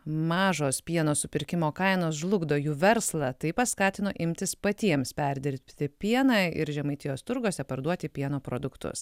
mažos pieno supirkimo kainos žlugdo jų verslą tai paskatino imtis patiems perdirbti pieną ir žemaitijos turguose parduoti pieno produktus